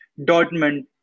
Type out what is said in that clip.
Dortmund